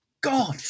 God